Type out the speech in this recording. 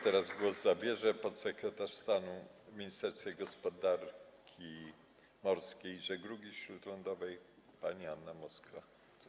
Teraz głos zabierze podsekretarz stanu w Ministerstwie Gospodarki Morskiej i Żeglugi Śródlądowej pani Anna Moskwa.